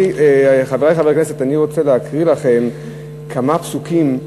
חברי חברי הכנסת, אני רוצה להקריא לכם כמה פסוקים,